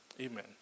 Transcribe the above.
Amen